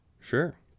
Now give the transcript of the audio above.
Sure